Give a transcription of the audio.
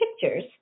pictures